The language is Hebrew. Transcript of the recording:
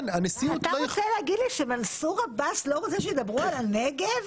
אתה רוצה להגיד לי שמנסור עבאס לא רוצה שידברו על הנגב?